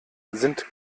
sind